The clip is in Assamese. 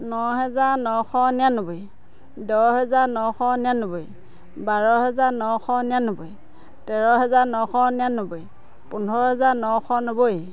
ন হাজাৰ নশ নিৰান্নব্বৈ দহ হাজাৰ নশ নিৰান্নব্বৈ বাৰ হাজাৰ নশ নিৰান্নব্বৈ তেৰ হাজাৰ নশ নিৰান্নব্বৈ পোন্ধৰ হাজাৰ নশ নব্বৈ